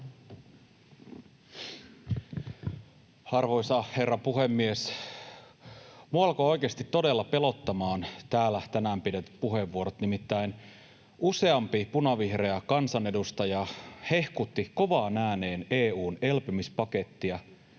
Arvoisa herra puhemies! Minua alkoi oikeasti todella pelottamaan täällä tänään pidetyt puheenvuorot. Nimittäin useampi punavihreä kansanedustaja hehkutti kovaan ääneen EU:n elpymispakettia